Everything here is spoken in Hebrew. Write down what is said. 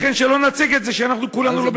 לכן, שלא נציג את זה שאנחנו כולנו לא בסדר.